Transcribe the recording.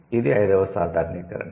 అది ఐదవ సాధారణీకరణ